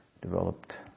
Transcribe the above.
developed